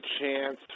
chance